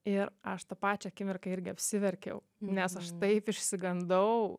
ir aš tą pačią akimirką irgi apsiverkiau nes aš taip išsigandau